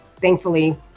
Thankfully